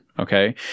Okay